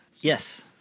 Yes